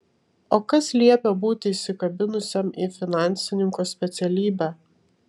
o kas liepia būti įsikabinusiam į finansininko specialybę